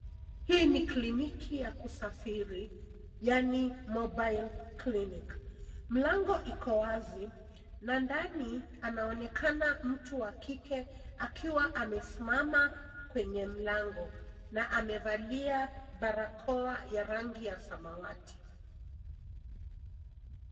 Hii ni kliniki ya kusafiri yaani mobile clinic . Mlango iko wazi, na ndani anaonekana mtu wa kike akiwa amesimama kwenye mlango na amevalia barakoa ya rangi ya samawati.